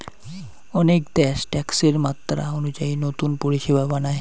অনেক দ্যাশ ট্যাক্সের মাত্রা অনুযায়ী নতুন পরিষেবা বানায়